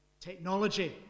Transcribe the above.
technology